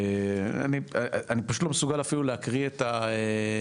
אני פשוט לא מסוגל אפילו להקריא עוד.